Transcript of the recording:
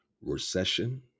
recession